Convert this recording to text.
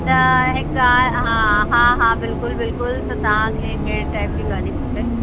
त हिकु आहे हा हा हा बिल्कुलु बिल्कुलु त तव्हांखे कहिड़े टाइप जी गाॾी खपे